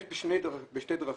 אפשר לעשות זאת בשתי דרכים.